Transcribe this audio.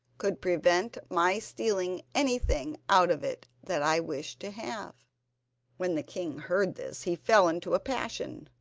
could prevent my stealing anything out of it that i wished to have when the king heard this he fell into a passion.